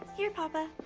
here papa.